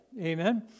Amen